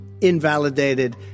invalidated